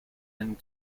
and